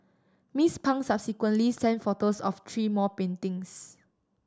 Miss Pang subsequently sent photos of three more paintings